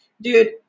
dude